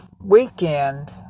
weekend